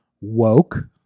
woke